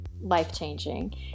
life-changing